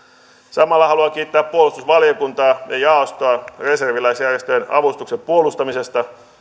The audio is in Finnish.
samalla haluan kiittää puolustusvaliokuntaa ja jaostoa reserviläisjärjestöjen avustuksen puolustamisesta